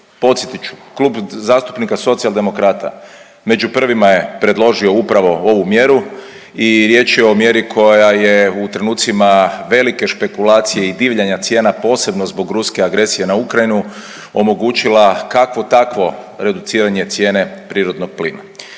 Podsjetit ću, Klub zastupnika Socijaldemokrata među prvima je predložio upravo ovu mjeru i riječ je o mjeri koja je u trenucima velike špekulacije i divljanja cijena posebno zbog ruske agresije na Ukrajinu, omogućila kakvo takvo reduciranje cijene prirodnog plina.